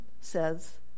says